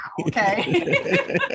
Okay